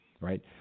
right